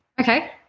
Okay